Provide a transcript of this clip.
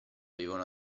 vivono